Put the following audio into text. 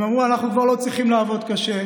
הם אמרו: אנחנו כבר לא צריכים לעבוד קשה.